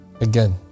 Again